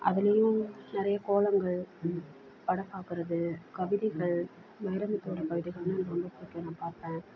அதுலேயும் நிறைய கோலங்கள் படம் பார்க்குறது கவிதைகள் வைரமுத்தோடய கவிதைகள்னால் எனக்கு ரொம்ப பிடிக்கும் நான் பார்ப்பேன்